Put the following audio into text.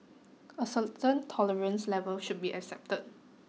a certain tolerance level should be accepted